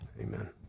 Amen